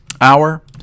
hour